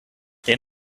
then